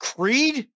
Creed